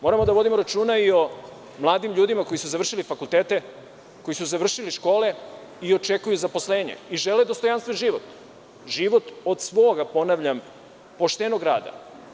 Moramo da vodimo računa i o mladim ljudima koji su završili fakultete, koji su završili škole i očekuju zaposlenje i žele dostojanstven život, život od svog poštenog rada.